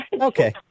okay